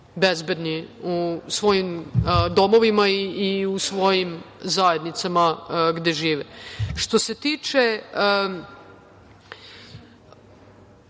bezbedni u svojim domovima i u svojim zajednicama gde žive. Što se tiče